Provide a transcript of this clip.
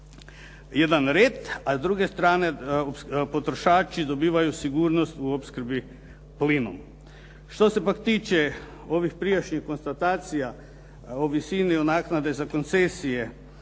jedan red, a s druge strane potrošači dobivaju sigurnost u opskrbi plinom. Što se pak tiče ovih prijašnjih konstatacija o visini naknade za koncesije